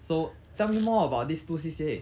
so tell me more about these two C_C_A